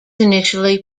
initially